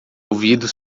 ouvido